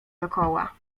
dokoła